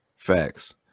facts